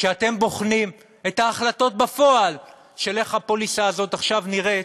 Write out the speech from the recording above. כשאתם בוחנים את ההחלטות בפועל של איך הפוליסה הזאת עכשיו נראית,